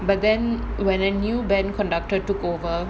but then when a new band conductor took over